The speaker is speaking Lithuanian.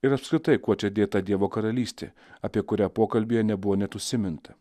ir apskritai kuo čia dėta dievo karalystė apie kurią pokalbyje nebuvo net užsiminta